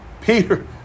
Peter